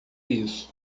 isso